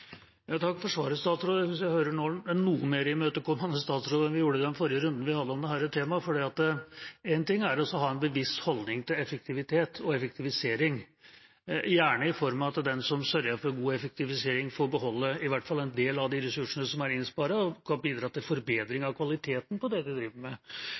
jeg nå hører en noe mer imøtekommende statsråd enn vi gjorde i den forrige runden vi hadde om dette temaet. For én ting er å ha en bevisst holdning til effektivitet og effektivisering, gjerne i form av at den som sørger for god effektivisering, får beholde i hvert fall en del av de ressursene som er innspart, og kan bidra til forbedring av kvaliteten på det de driver med.